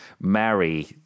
marry